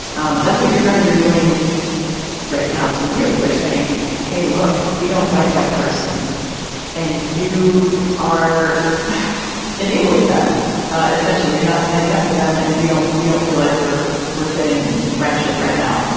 um that's what your friends are doing right now to you they're saying hey look we don't like that person and you are enabling them essentially you're not standing up for them and we don't we don't feel like we're we're getting friendship right now.